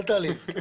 אל תעליב.